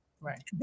right